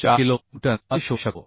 4 kilo newton असे शोधू शकतो